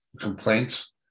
complaints